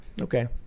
Okay